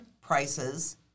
prices